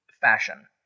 fashion